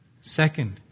Second